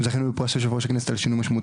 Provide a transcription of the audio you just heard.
זכינו בפרס של יו"ר הכנסת על שינוי משמעותי